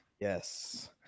Yes